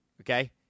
Okay